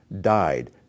died